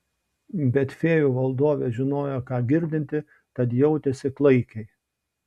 bet fėjų valdovė žinojo ką girdinti tad jautėsi klaikiai